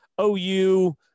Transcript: OU